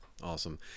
Awesome